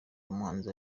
umuhanzi